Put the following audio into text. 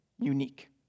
unique